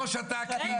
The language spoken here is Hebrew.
לא שתקתי.